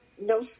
no